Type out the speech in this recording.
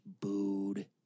booed